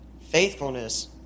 faithfulness